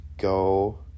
go